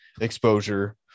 exposure